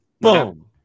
Boom